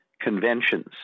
conventions